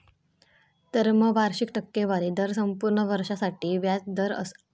term वार्षिक टक्केवारी दर संपूर्ण वर्षासाठी व्याज दर असता